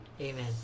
Amen